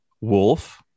wolf